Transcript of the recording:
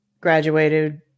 graduated